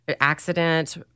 accident